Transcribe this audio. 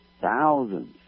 Thousands